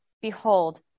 behold